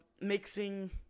mixing